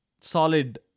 solid